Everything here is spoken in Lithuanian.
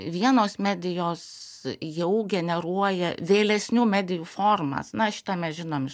vienos medijos jau generuoja vėlesnių medijų formas na šitą mes žinom iš